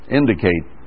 indicate